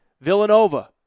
Villanova